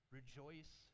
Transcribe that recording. rejoice